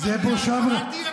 ללוחמים עכשיו.